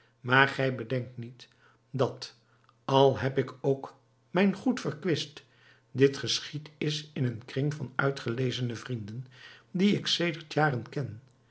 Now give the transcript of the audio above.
maar gij bedenkt niet dat al heb ik ook mijn goed verkwist dit geschied is in een kring van uitgelezene vrienden die ik sedert jaren ken